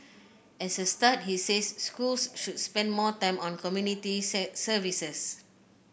as a start he says schools should spend more time on community say services